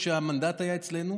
כשהמנדט היה אצלנו,